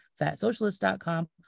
fatsocialist.com